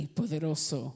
poderoso